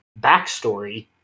backstory